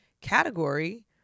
category